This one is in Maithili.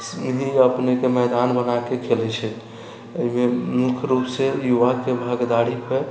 इएह अपनेके मैदान बनाके खेलैत छै एहिमे मुख्य रूप से युवाके भागीदारी पे